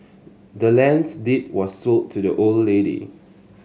the land's deed was sold to the old lady